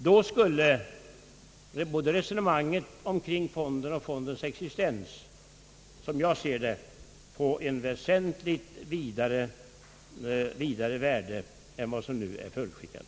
Då skulle både resonemanget om fonden och fondens existens, såsom jag ser det, få ett väsentligt vidare värde än vad som nu är förutskickat.